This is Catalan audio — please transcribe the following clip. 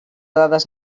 dades